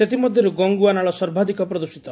ସେଥିମଧ୍ୟରୁ ଗଙ୍ଗୁଆ ନାଳ ସର୍ବାଧକ ପ୍ରଦୃଷିତ